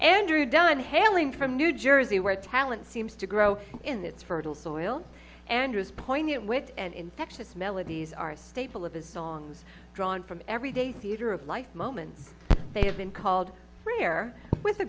andrew dunn hailing from new jersey where talent seems to grow in its fertile soil and his poignant wit and infectious melodies are a staple of his songs drawn from every day theater of life moments they have been called rare with the